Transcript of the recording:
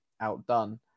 outdone